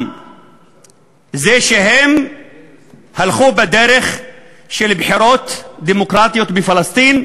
זה שהם הלכו בדרך של בחירות דמוקרטיות בפלסטין,